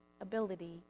ability